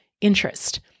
interest